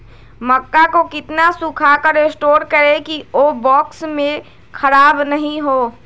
मक्का को कितना सूखा कर स्टोर करें की ओ बॉक्स में ख़राब नहीं हो?